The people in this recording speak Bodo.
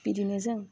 बिदिनो जों